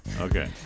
Okay